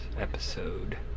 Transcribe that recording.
episode